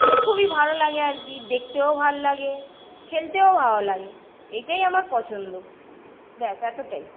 মানে খুবই ভালো লাগে আর কি দেখতেও ভাল লাগে খেলতেও ভালো লাগে এইটাই আমার পছন্দ ব্যস এতোটাই